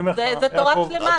זו תורה שלמה.